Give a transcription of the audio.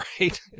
right